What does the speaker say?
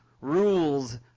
rules